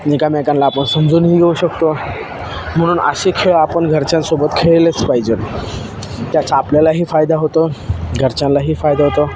एकामेकांला आपण समजूनही घेऊ शकतो म्हणून असें खेळ आपण घरच्यांसोबत खेळलेच पाहिजेत त्याचा आपल्यालाही फायदा होतो घरच्यांलाही फायदा होतो